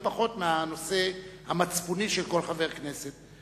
לא פחות מהנושא המצפוני של כל חבר כנסת.